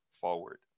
forward